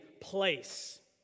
place